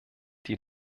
die